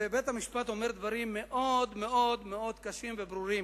ובית-המשפט אומר דברים מאוד מאוד קשים וברורים.